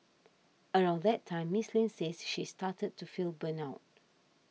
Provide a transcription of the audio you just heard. around that time Miss Lin says she started to feel burnt out